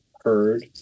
heard